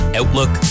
outlook